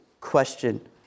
question